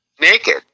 naked